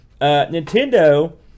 Nintendo